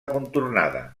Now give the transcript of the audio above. contornada